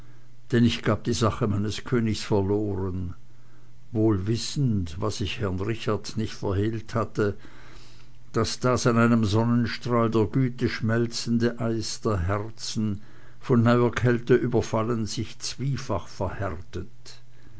denn ich gab die sache meines königs verloren wohl wissend was ich herrn richard nicht verhehlt hatte daß das an einem sonnenstrahl der güte schmelzende eis der herzen von neuer kälte überfallen sich zwiefach verhärtet